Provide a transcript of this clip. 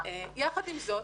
יחד עם זאת